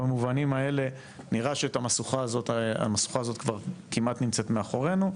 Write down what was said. במובנים האלה נראה שהמשוכה הזאת כמעט נמצאת מאחורינו,